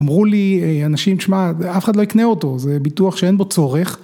אמרו לי אנשים, תשמע, אף אחד לא יקנה אותו, זה ביטוח שאין בו צורך.